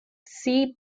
sea